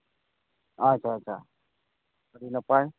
ᱟᱪᱪᱷᱟ ᱟᱪᱪᱷᱟ ᱟᱹᱰᱤ ᱱᱟᱯᱟᱭ